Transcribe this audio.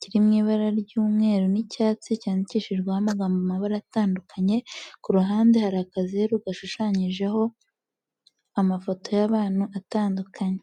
kiri mu ibara ry'umweru n'icyatsi cyandikishijweho amagambo mu mabara atandukanye, ku ruhande hari akazeru gashushanyijeho, amafoto y'abantu atandukanye.